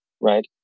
Right